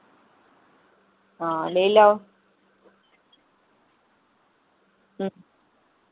हां लेई लाओ